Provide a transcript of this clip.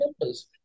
numbers